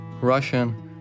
Russian